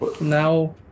Now